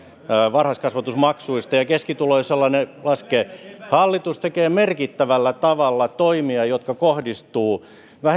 varhaiskasvatusmaksuista ja keskituloisilla ne laskevat hallitus tekee merkittävällä tavalla toimia jotka kohdistuvat